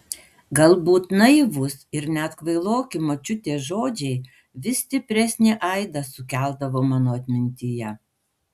galbūt naivūs ir net kvailoki močiutės žodžiai vis stipresnį aidą sukeldavo mano atmintyje